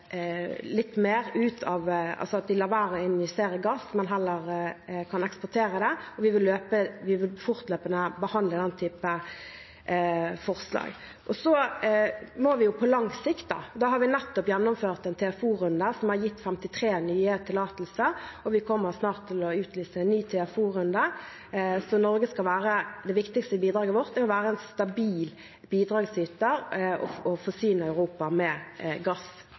gass, men heller kan eksportere den. Vi vil fortløpende behandle den typen forslag. Når det gjelder på lang sikt, har vi nettopp gjennomført en TFO-runde som har gitt 53 nye tillatelser, og vi kommer snart til å utlyse en ny TFO-runde. Det viktigste bidraget vårt er å være en stabil bidragsyter og å forsyne Europa med gass.